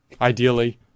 Ideally